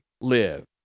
live